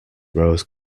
rose